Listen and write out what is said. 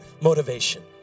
motivation